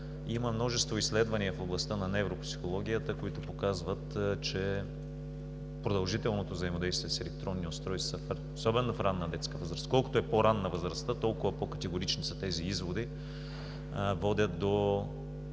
Има множество изследвания в областта на невропсихологията, които показват, че продължителното взаимодействие с електронни устройства, особено в ранна детска възраст – колкото е по-ранна възрастта, толкова по-категорични са тези изводи –